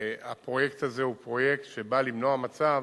הפרויקט הזה הוא פרויקט שבא למנוע מצב